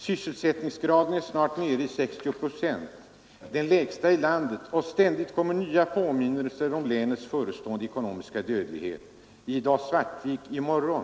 Sysselsättningsgraden är snart nere i sextio procent, den lägsta i landet och ständigt kommer nya påminnelser om länets förestående ekonomiska dödlighet. I dag Svartvik, i morgon .